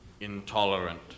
intolerant